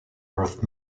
earth